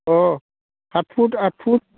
अह साथ फुट आथ फुट